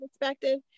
perspective